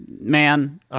man